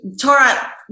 Torah